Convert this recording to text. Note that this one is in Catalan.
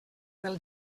del